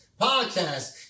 podcast